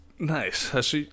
Nice